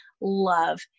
love